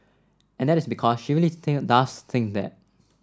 and that is because she really does think that